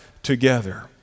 together